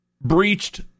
breached